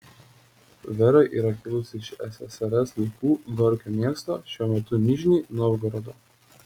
vera yra kilusi iš ssrs laikų gorkio miesto šiuo metu nižnij novgorodo